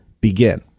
begin